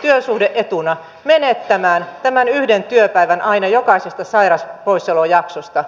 työsuhde etuna menettämään tämän yhden työpäivän aina jokaisesta sairauspoissaolojaksosta